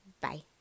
Bye